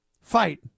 fight